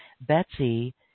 Betsy